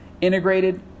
integrated